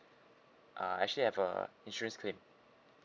uh actually have a insurance claim